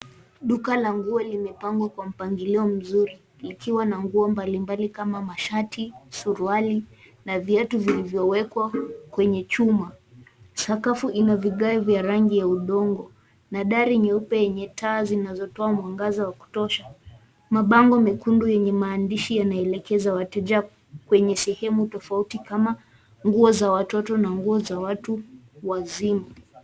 Duka la nguo limepangwa kwa mpangilio mzuri likiwa na nguo mbalimbali kama mashati, suruali na viatu vilivyowekwa kwenye chumba. Sakafu ina vigae vya rangi ya udongo na dari nyeupe yenye taa zinazotoa mwangaza wa kutosha. Mabango mekundu yenye maandishi yanaelekeza wateja kwenye sehemu tofauti kama nguo za watoto na nguo za watu wazima.